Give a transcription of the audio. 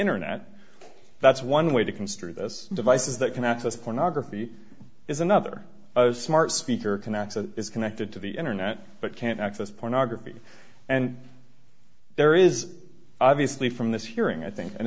internet that's one way to construe this devices that can access pornography is another smart speaker can access is connected to the internet but can't access pornography and there is obviously from this hearing i think an